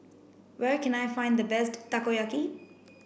where can I find the best Takoyaki